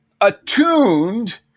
attuned